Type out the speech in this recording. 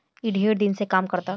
ई ढेर दिन से काम करता